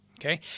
okay